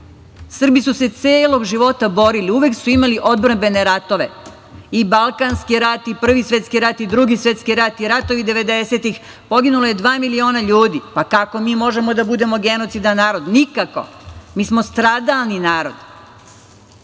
Srbi su se celog života borili, uvek su imali odbrambene ratove i Balkanski rat i Prvi svetski i Drugi svetski rat, i ratovi devedesetih, poginulo je dva miliona ljudi. Kako mi možemo da budemo genocidan narod? Nikako. Mi smo stradalni narod. Kosovo